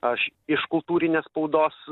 aš iš kultūrinės spaudos